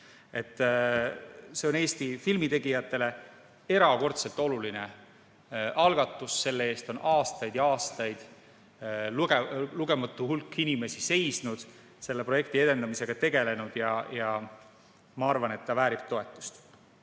See on Eesti filmitegijatele erakordselt oluline algatus. Selle eest on aastaid ja aastaid lugematu hulk inimesi seisnud, selle projekti edendamisega tegelenud. Ma arvan, et see väärib toetust.